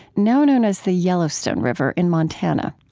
now known as the yellowstone river, in montana.